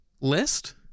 list